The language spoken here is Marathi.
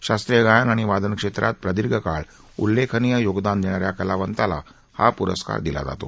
शास्त्रीय ायन आणि वादन क्षेत्रात प्रदीर्घ काळ उल्लेखनीय यो दान देणाऱ्या कलावंताला हा प्रस्कार दिला जातो